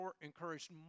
encouraged